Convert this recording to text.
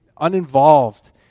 uninvolved